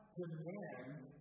demands